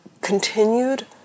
continued